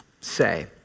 say